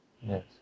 Yes